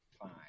fine